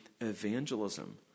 evangelism